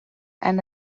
and